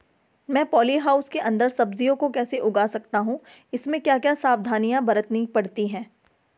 मैं poly house के अन्दर सब्जियों को कैसे उगा सकता हूँ इसमें क्या क्या सावधानियाँ बरतनी पड़ती है?